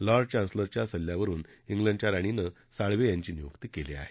Lord चान्सलरच्या सल्ल्यावरुन स्लंडच्या राणीने साळवे यांची नियुक्ती केली आहे